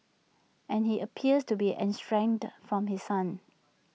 and he appears to be estranged from his son